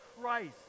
Christ